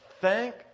Thank